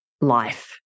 life